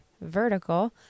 vertical